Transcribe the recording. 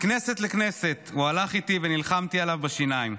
מכנסת לכנסת הוא הלך איתי, ונלחמתי עליו בשיניים.